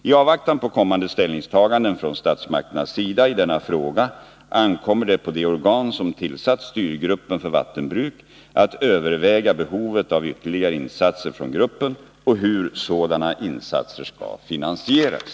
I avvaktan på kommande ställningstaganden från statsmakternas sida i denna fråga ankommer det på de organ som tillsatt Styrgruppen för vattenbruk att överväga behovet av ytterligare insatser från gruppen och hur sådana insatser skall finansieras.